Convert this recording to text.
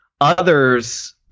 Others